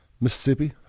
Mississippi